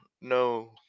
no